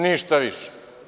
Ništa više.